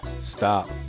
stop